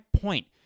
point